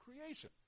creation